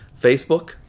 Facebook